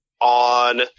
on